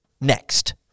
next